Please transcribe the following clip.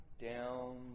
down